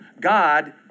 God